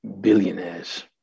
billionaires